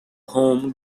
home